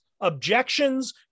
objections